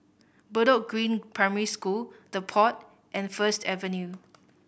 Bedok Green Primary School The Pod and First Avenue